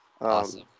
Awesome